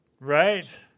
Right